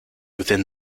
within